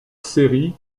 série